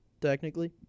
technically